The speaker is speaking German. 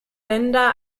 länder